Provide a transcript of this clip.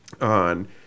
on